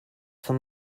for